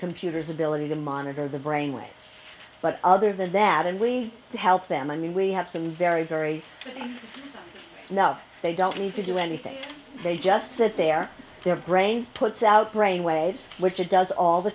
computer's ability to monitor the brainwaves but other than that and we need to help them i mean we have some very very no they don't need to do anything they just sit there their brains puts out brain waves which it does all the